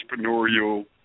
entrepreneurial